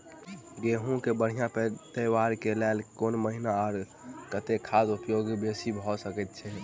गेंहूँ की अछि पैदावार केँ लेल केँ महीना आ केँ खाद उपयोगी बेसी भऽ सकैत अछि?